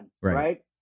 right